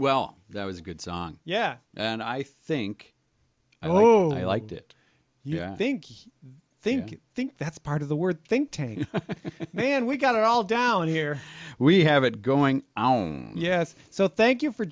well that was a good song yeah and i think oh i liked it yeah i think you think you think that's part of the word think tank man we got it all down here we have it going yes so thank you for